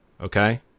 Okay